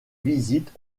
visites